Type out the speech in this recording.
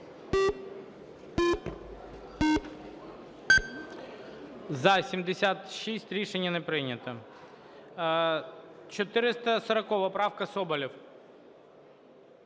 За-76 Рішення не прийнято. 440 правка, Соболєв.